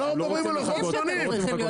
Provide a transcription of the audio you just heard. אנחנו מדברים על לוחות זמנים,